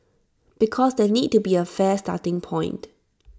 because there needs to be A fair starting point